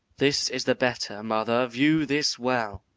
this is the better, mother, view this well.